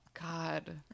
God